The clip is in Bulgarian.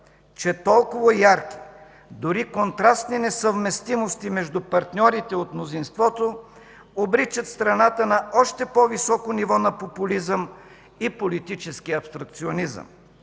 че толкова ярки, дори контрастни несъвместимости между партньорите от мнозинството обричат страната на още по-високо ниво на популизъм и политически абстракционизъм.